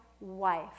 wife